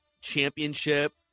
championship